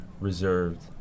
reserved